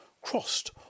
crossed